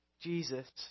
Jesus